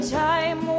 time